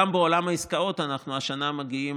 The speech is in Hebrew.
גם בעולם העסקאות אנחנו השנה מגיעים